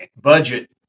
budget